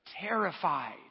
terrified